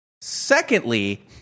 Secondly